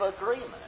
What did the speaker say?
agreement